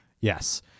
Yes